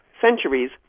centuries